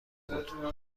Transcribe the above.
بود